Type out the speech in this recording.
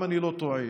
אם אני לא טועה,